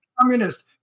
communist